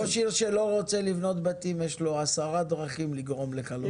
ראש עיר שלא רוצה לבנות בתים יש לו עשר דרכים לגרום לכך,